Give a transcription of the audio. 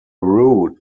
root